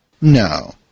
No